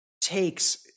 takes